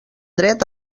dret